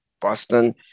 Boston